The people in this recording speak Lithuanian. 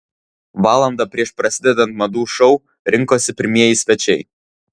valandą prieš prasidedant madų šou rinkosi pirmieji svečiai